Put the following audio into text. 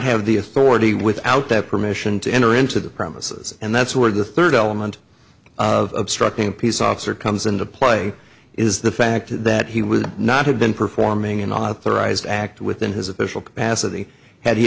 have the authority without that permission to enter into the premises and that's where the third element of structuring peace officer comes into play is the fact that he would not have been performing an authorised act within his official capacity had he